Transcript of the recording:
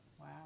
Wow